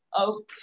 okay